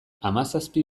hamazazpi